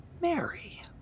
Mary